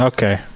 Okay